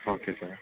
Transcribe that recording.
ah okay sir